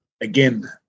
again